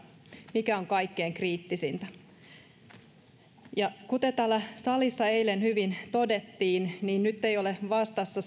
mikä on kaikkein kriittisintä kuten täällä salissa eilen hyvin todettiin nyt on vastassa